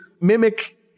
mimic